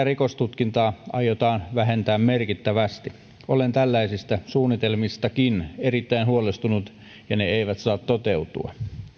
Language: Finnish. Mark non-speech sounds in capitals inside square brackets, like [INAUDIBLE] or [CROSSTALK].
[UNINTELLIGIBLE] rikostutkintaa aiotaan vähentää merkittävästi olen tällaisista suunnitelmistakin erittäin huolestunut ja ne eivät saa toteutua